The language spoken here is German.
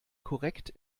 korrekt